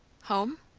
home?